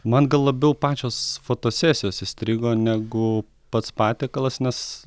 man gal labiau pačios fotosesijos įstrigo negu pats patiekalas nes